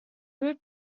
group